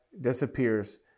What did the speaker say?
disappears